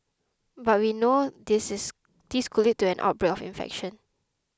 but we know this is this could lead to an outbreak of infection